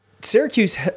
Syracuse